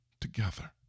together